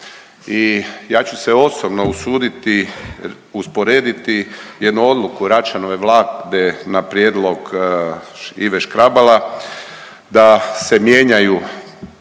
ja ću se osobno usuditi usporediti jednu odluku Račanove Vlade na prijedlog Ive Škrabala da se mijenjaju